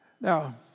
Now